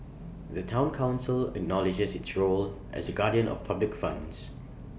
the Town Council acknowledges its role as A guardian of public funds